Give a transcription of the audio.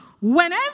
Whenever